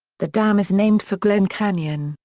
the dam is named for glen canyon,